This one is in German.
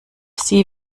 sie